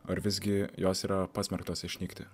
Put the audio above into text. ar visgi jos yra pasmerktos išnykti